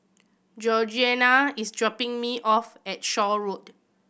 Georgeanna is dropping me off at Shaw Road